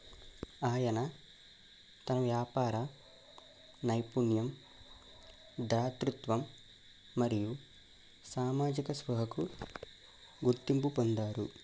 ఆయన తన వ్యాపార నైపుణ్యం దాతృత్వం మరియు సామాజిక సేవకు గుర్తింపు పొందారు